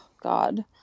God